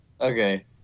Okay